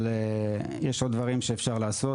אבל יש עוד דברים שאפשר לעשות